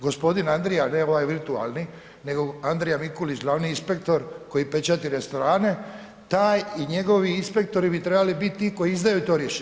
Gospodin Andrija, ne ovaj virtualni, nego Andrija Mikulić glavni inspektor koji pečati restorane, taj i njegovi inspektori bi trebali biti ti koji izdaju to rješenje.